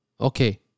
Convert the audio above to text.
okay